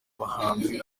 bahanzi